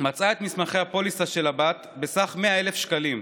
מצאה את מסמכי הפוליסה של הבת בסך 100,000 שקלים.